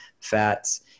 fats